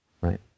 right